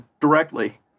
directly